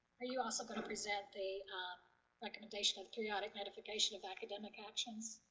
are you also going to present a recommendation of periodic notification of academic action?